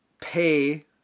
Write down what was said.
pay